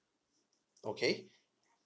okay